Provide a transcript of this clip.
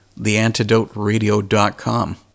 theantidoteradio.com